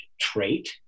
trait